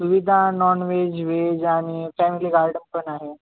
सुविधा non-veg veg आणि family गार्डनपण आहे